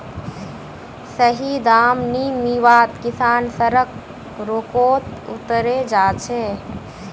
सही दाम नी मीवात किसान सड़क रोकोत उतरे जा छे